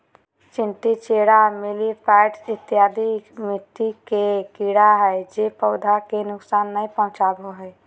चींटी, चेरा, मिलिपैड्स इत्यादि मिट्टी के कीड़ा हय जे पौधा के नुकसान नय पहुंचाबो हय